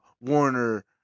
Warner